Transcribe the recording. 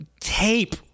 tape